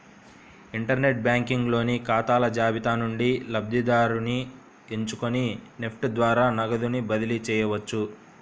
inter net banking లోని ఖాతాల జాబితా నుండి లబ్ధిదారుని ఎంచుకొని నెఫ్ట్ ద్వారా నగదుని బదిలీ చేయవచ్చు